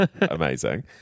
Amazing